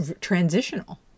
transitional